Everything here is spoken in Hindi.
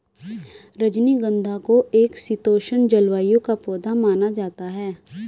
रजनीगंधा को एक शीतोष्ण जलवायु का पौधा माना जाता है